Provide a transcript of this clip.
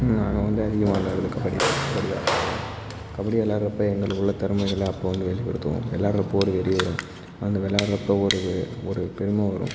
நாங்கள் வந்து அதிகம் விளாட்றது கபடி தான் கபடி கபடி விளாட்றப்ப எங்களுக்கு உள்ளே திறமைகளை அப்போ வந்து வெளிப்படுத்துவோம் எல்லாேருக்கும் அப்போ ஒரு வெறி வரும் நாங்கள் விளாட்றப்ப ஒரு ஒரு பெருமை வரும்